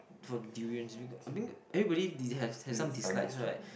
for durians because I mean everybody dis~ has has some dislikes [right]